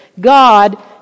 God